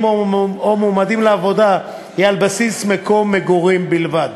או מועמדים לעבודה היא על בסיס מקום מגורים בלבד